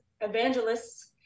evangelists